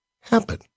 happen